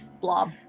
blob